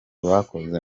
bakoze